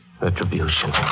retribution